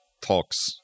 talks